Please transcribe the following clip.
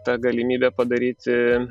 ta galimybė padaryti